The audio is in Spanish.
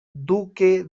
duque